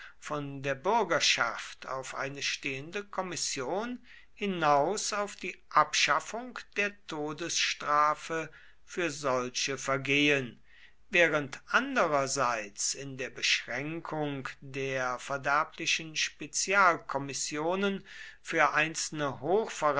von der bürgerschaft auf eine stehende kommission hinaus auf die abschaffung der todesstrafe für solche vergehen während andererseits in der beschränkung der verderblichen spezialkommissionen für einzelne